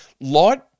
Light